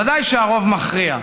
ודאי שהרוב מכריע,